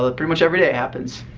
ah pretty much every day it happens.